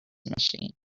machine